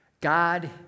God